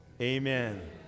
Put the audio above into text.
Amen